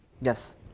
Yes